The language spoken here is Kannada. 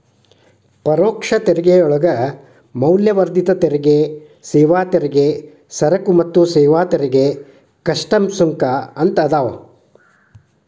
ಪರೋಕ್ಷ ತೆರಿಗೆಯೊಳಗ ಮೌಲ್ಯವರ್ಧಿತ ತೆರಿಗೆ ಸೇವಾ ತೆರಿಗೆ ಸರಕು ಮತ್ತ ಸೇವಾ ತೆರಿಗೆ ಕಸ್ಟಮ್ಸ್ ಸುಂಕ ಅಂತ ಅದಾವ